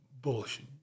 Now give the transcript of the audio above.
Bullshit